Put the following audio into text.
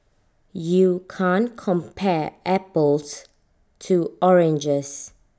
you can't compare apples to oranges